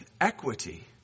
equity